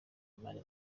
mani